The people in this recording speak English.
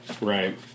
Right